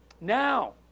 Now